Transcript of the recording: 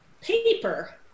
Paper